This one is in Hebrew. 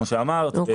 כמו שאמרת.